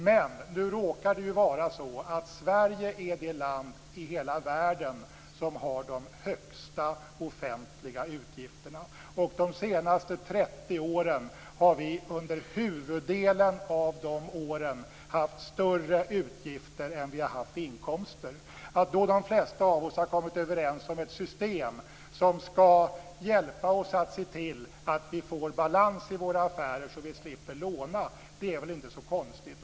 Men nu råkar det vara så att Sverige är det land i hela världen som har de högsta offentliga utgifterna. Under huvuddelen av de senaste 30 åren har vi haft större utgifter än vi har haft inkomster. Att de flesta av oss därför har kommit överens om ett system som skall hjälpa oss att se till att vi får balans i våra affärer, så att vi slipper låna, är väl inte så konstigt.